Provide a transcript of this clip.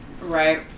Right